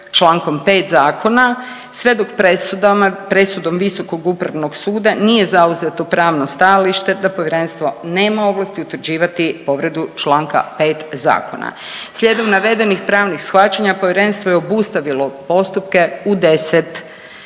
Člankom 5. zakona sve dok presudama, presudom Visokog upravnog suda nije zauzeto pravno stajalište da povjerenstvo nema ovlasti utvrđivati povredu Članka 5. zakona. Slijedom navedenih pravnih shvaćanja povjerenstvo je obustavilo postupke u 10